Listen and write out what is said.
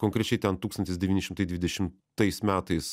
konkrečiai ten tūkstantis devyni šimtai dvidešimtais metais